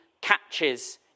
catches